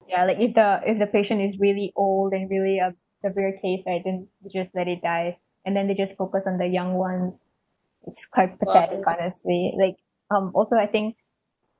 ya like if the if the patient is really old and really uh severe case right then they just let it die and then they just focus on the young ones it's quite pathetic honestly like um also I think